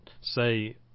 say